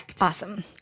Awesome